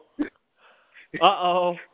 Uh-oh